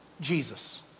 Jesus